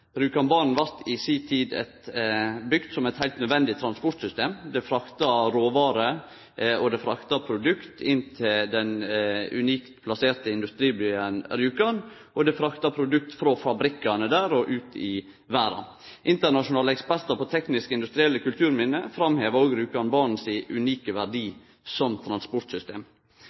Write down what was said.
i si tid bygd som eit heilt nødvendig transportsystem. Banen frakta råvarer og produkt inn til den unikt plasserte industribyen Rjukan og produkt frå fabrikkane der og ut i verda. Internasjonale ekspertar på teknisk-industrielle kulturminne framhevar òg Rjukanbanen sin unike verdi som transportsystem.